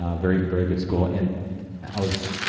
um very, very good school. and i was,